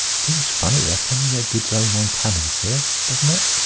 seems funny their sending their goods ome on camels, sir, doesn't it?